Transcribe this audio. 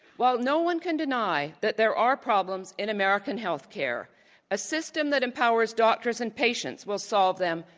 while no one can deny that there are problems in american healthcare, a system that empowers doctors and patients will solve them,